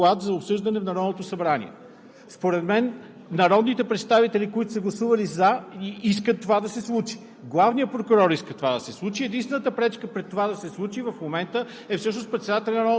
Ние се съгласихме с това и не виждам защо главният прокурор не е внесъл още този доклад за обсъждане в Народното събрание? Според мен народните представители, които са гласували „за“, искат това да се случи,